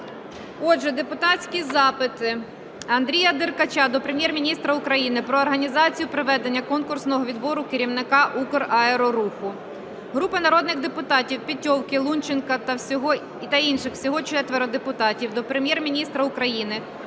Отже, депутатські запити: Андрія Деркача до Прем'єр-міністра України про організацію проведення конкурсного відбору керівника Украероруху. Групи народних депутатів (Петьовки, Лунченка та інших. Всього 4 депутатів) до Прем'єр-міністра України